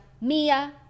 Mia